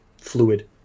fluid